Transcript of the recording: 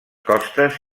costes